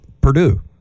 Purdue